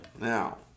now